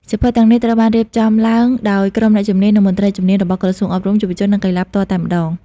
សៀវភៅទាំងនេះត្រូវបានរៀបចំឡើងដោយក្រុមអ្នកជំនាញ និងមន្ត្រីជំនាញរបស់ក្រសួងអប់រំ យុវជន និងកីឡាផ្ទាល់តែម្ដង។